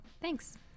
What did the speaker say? Thanks